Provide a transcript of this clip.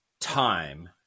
time